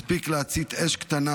מספיק להצית אש קטנה,